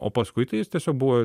o paskui tai jis tiesiog buvo